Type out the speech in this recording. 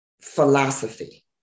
philosophy